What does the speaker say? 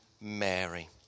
Mary